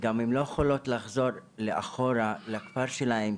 והן גם לא יכולות לחזור אחורה לכפר שלהן,